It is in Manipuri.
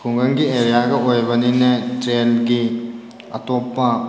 ꯈꯨꯡꯒꯪꯒꯤ ꯑꯦꯔꯤꯌꯥꯒ ꯑꯣꯏꯕꯅꯤꯅꯦ ꯇ꯭ꯔꯦꯟꯒꯤ ꯑꯇꯣꯞꯄ